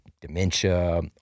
dementia